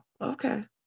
Okay